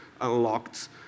unlocked